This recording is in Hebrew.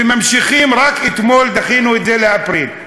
וממשיכים, רק אתמול דחינו את זה לאפריל.